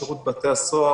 שירות בתי הסוהר,